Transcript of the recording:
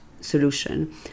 solution